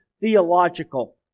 theological